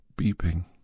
beeping